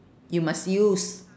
you must use